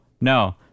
no